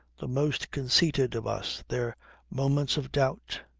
the most conceited of us their moments of doubt?